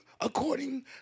according